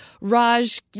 Raj